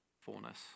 fullness